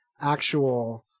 actual